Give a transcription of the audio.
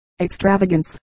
extravagance